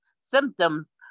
symptoms